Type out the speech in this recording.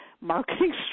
marketing